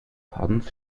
hans